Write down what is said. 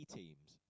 teams